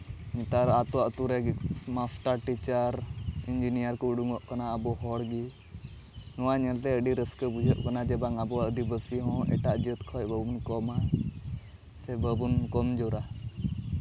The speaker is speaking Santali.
ᱱᱮᱛᱟᱨ ᱟᱛᱳ ᱟᱛᱳ ᱨᱮ ᱢᱟᱥᱴᱟᱨ ᱴᱤᱪᱟᱨ ᱤᱧᱡᱤᱱᱤᱭᱟᱨ ᱠᱚ ᱩᱰᱩᱠᱚᱜ ᱠᱟᱱᱟ ᱟᱵᱚ ᱦᱚᱲ ᱜᱮ ᱱᱚᱣᱟ ᱧᱮᱞᱛᱮ ᱟᱹᱰᱤ ᱨᱟᱹᱥᱠᱟᱹ ᱵᱩᱡᱷᱟᱹᱜ ᱠᱟᱱᱟ ᱡᱮ ᱵᱟᱝ ᱟᱵᱚ ᱟᱹᱫᱤᱵᱟᱹᱥᱤ ᱦᱚᱸ ᱮᱴᱟᱜ ᱡᱟᱹᱛ ᱠᱷᱚᱡ ᱵᱟᱵᱚᱱ ᱠᱚᱢᱟ ᱥᱮ ᱵᱟᱵᱚᱱ ᱠᱚᱢ ᱡᱳᱨᱟ